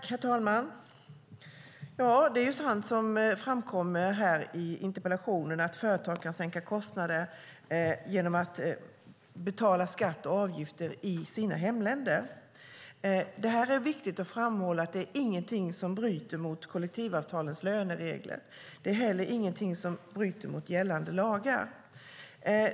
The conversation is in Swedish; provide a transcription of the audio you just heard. Herr talman! Det är sant, som framkommer i interpellationen, att företag kan sänka kostnader genom att betala skatt och avgifter i sina hemländer. Det är viktigt att framhålla att detta inte bryter mot kollektivavtalens löneregler. Det är inte heller någonting som bryter mot gällande lagar.